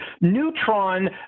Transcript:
neutron